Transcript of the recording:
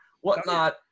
whatnot